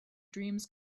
dreams